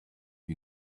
who